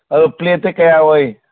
ꯑꯗꯨ ꯄ꯭ꯂꯦꯠꯇ ꯀꯌꯥ ꯑꯣꯏ